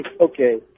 Okay